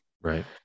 Right